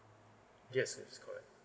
yes yes correct